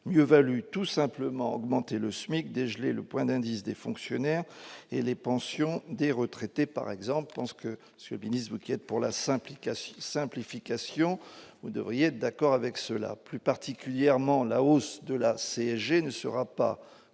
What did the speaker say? mieux valu tout simplement augmenter le SMIC dégeler le point d'indice des fonctionnaires et les pensions des retraités par exemple pense que féminisme qui aide pour la simplification simplification, vous devriez être d'accord avec cela plus particulièrement la hausse de la CSG ne sera pas